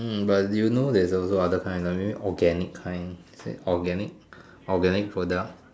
hmm but you know there's also other kind like maybe organic kind is it organic organic product